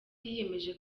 yiyemeje